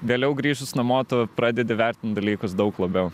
vėliau grįžus namo tu pradedi vertint dalykus daug labiau